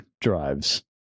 drives